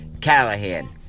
Callahan